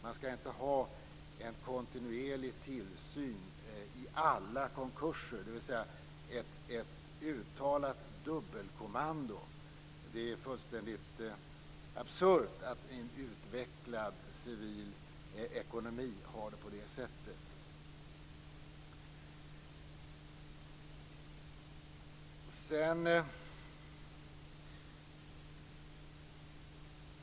Man skall inte ha en kontinuerlig tillsyn i alla konkurser, dvs. ett uttalat dubbelkommando. Det är fullständigt absurt att en utvecklad civil ekonomi har det på det sättet.